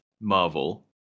Marvel